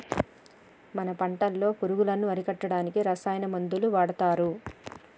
మన పంటలో పురుగులను అరికట్టడానికి రసాయన మందులు వాడతారు